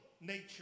nature